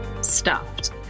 stuffed